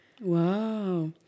Wow